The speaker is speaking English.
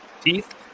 teeth